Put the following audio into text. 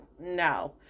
No